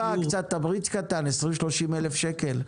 אתה יכול לתת קצת תמריץ קטן - 20, 30 אלף שקל.